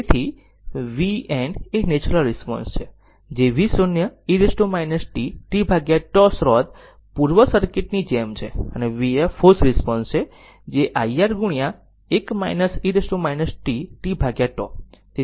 તેથી vn એ natural response છે જે v0 e t tτ સ્ત્રોત પૂર્વ સર્કિટ ની જેમ છે અને vf ફોર્સ્ડ રિસ્પોન્સ જે I R 1 e t tτ